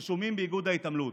רשומים באיגוד ההתעמלות.